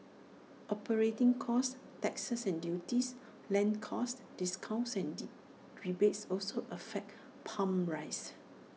operating costs taxes and duties land costs discounts and rebates also affect pump prices